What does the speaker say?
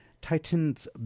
Titans